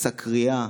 עשה קריעה,